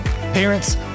Parents